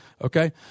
okay